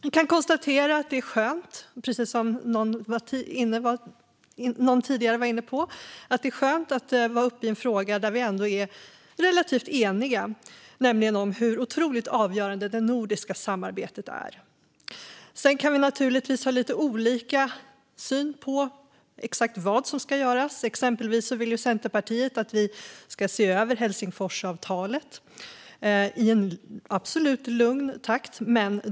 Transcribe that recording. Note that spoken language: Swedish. Jag kan konstatera att det är skönt, som någon tidigare var inne på, att vara uppe i debatt i en fråga där vi är relativt eniga, nämligen hur otroligt avgörande det nordiska samarbetet är. Sedan kan vi naturligtvis ha lite olika syn på exakt vad som ska göras. Exempelvis vill Centerpartiet att vi ska se över Helsingforsavtalet i en absolut lugn takt.